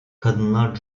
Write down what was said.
kadınlar